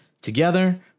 Together